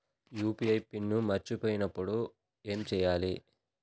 UPI pin మరచిపోయినప్పుడు ఏమి చేయాలి?